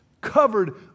covered